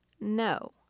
no